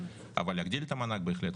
אבל להגדיל את המענק בהחלט.